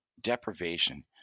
deprivation